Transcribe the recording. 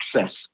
access